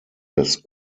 das